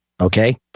Okay